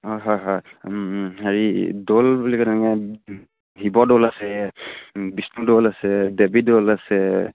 অঁ হয় হয় হেৰি দৌল বুলি শিৱদৌল আছে বিষ্ণুদৌল আছে দেৱীদৌল আছে